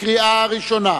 התש"ע 2009, קריאה ראשונה.